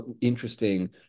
interesting